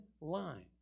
line